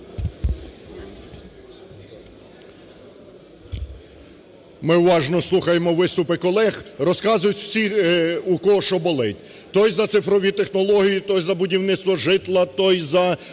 Ми уважно слухаємо виступи колег, розказують всі, у кого, що болить: той – за цифрові технології, той – за будівництво житла, той –